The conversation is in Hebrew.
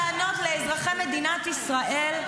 אתה צריך לענות לאזרחי מדינת ישראל,